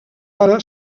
ara